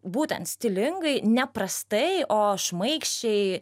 būtent stilingai ne prastai o šmaikščiai